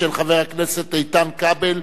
של חבר הכנסת איתן כבל,